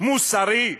מוסרי?